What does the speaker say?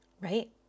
Right